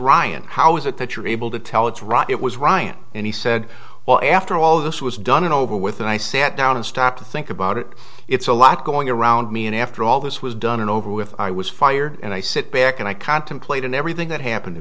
ryan how is it that you're able to tell it's right it was ryan and he said well after all this was done and over with and i sat down and stopped to think about it it's a lot going on around me and after all this was done and over with i was fired and i sit back and i contemplate and everything that happened to